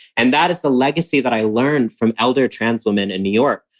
and that is the legacy that i learned from elder transwoman in new york.